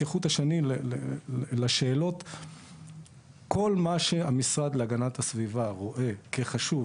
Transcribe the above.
כל מה שהמשרד להגנת הסביבה רואה כחשוב,